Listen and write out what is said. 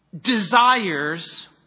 desires